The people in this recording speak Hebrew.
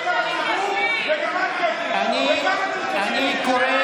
ראשונה, ואני קורא